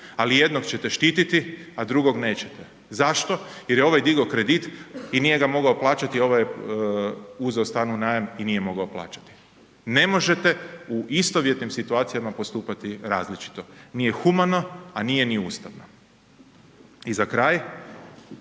ali jednog čete štiti a drugog nećete. Zašto? Jer je ovaj digao kredit i nije ga mogao plaćati, ovaj je uzeo stan u najam i nije mogao plaćati. Ne možete u istovjetnim situacija postupati različito. Nije humano a nije ni ustavno. I za kraj,